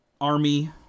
army